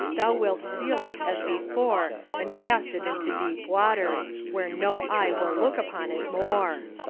thou wilt seal it as before and cast it into deep waters, where no eye will look upon it more!